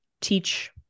teach